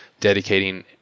dedicating